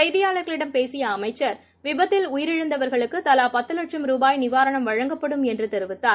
செய்தியாளர்களிடம் பேசியஅமைச்ச் விபத்தில் உயிரிழந்தவர்களுக்குதலாபத்துவட்சும் ருபாய் நிவாரணம் வழங்கப்படும் என்றுகூறினார்